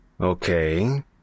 Okay